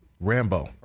Rambo